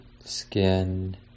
skin